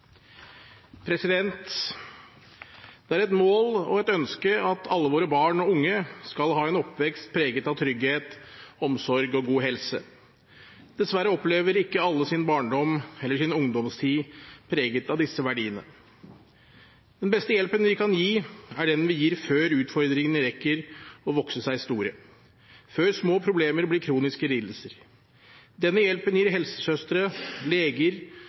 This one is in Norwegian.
et ønske at alle våre barn og unge skal ha en oppvekst preget av trygghet, omsorg og god helse. Dessverre opplever ikke alle sin barndom eller sin ungdomstid preget av disse verdiene. Den beste hjelpen vi kan gi, er den vi gir før utfordringene rekker å vokse seg store, og før små problemer blir kroniske lidelser. Denne hjelpen gir helsesøstre, leger,